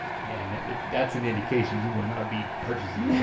yeah and that's an indication you will not be purchasing yeah